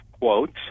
quotes